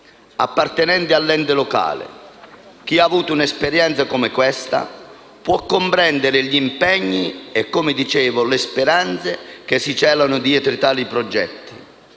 appartenente all'ente locale. Chi ha avuto un'esperienza come questa può comprendere gli impegni e, come dicevo, le speranze che si celano dietro tali progetti.